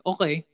Okay